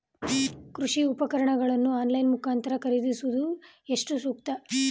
ಕೃಷಿ ಉಪಕರಣಗಳನ್ನು ಆನ್ಲೈನ್ ಮುಖಾಂತರ ಖರೀದಿಸುವುದು ಎಷ್ಟು ಸೂಕ್ತ?